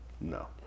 No